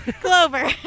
Clover